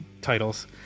titles